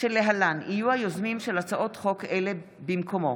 שלהלן יהיו היוזמים של הצעות חוק אלה במקומו: